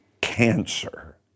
cancer